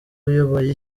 uyoboye